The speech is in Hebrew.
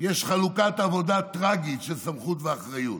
יש חלוקת עבודה טרגית של סמכות ואחריות: